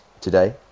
today